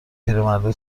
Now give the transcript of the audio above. پیرمرده